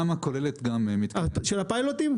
התמ"א כוללת גם --- של הפיילוטים?